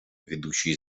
ведущий